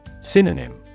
synonym